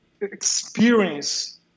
experience